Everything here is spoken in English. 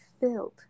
filled